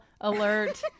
alert